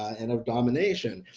and of domination.